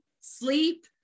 sleep